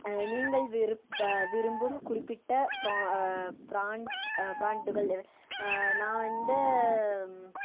நீங்கள் விருப்ப விரும்பும் குறிப்பிட்ட ப்ரா ப்ராண்ட் ப்ராண்டுகள் எவை நான் வந்து